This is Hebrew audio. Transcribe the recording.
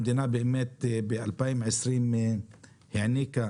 המדינה באמת ב-2020 העניקה